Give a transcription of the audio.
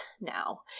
now